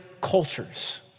cultures